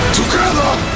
Together